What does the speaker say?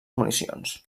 municions